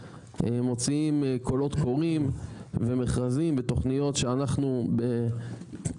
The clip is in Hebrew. מוציאים קולות קוראים ומכרזים ותוכניות שאנחנו